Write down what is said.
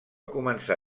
començar